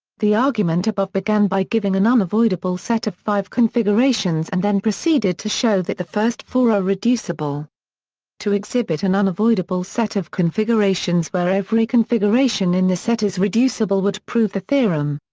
the argument above began by giving an unavoidable set of five configurations and then proceeded to show that the first four are reducible to exhibit an unavoidable set of configurations where every configuration in the set is reducible would prove the theorem.